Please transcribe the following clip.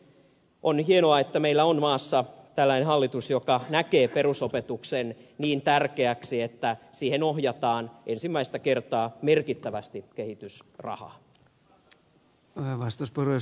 on hienoa että meillä on maassa tällainen hallitus joka näkee perusopetuksen niin tärkeäksi että siihen ohjataan ensimmäistä kertaa merkittävästi kehitysrahaa